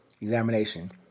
examination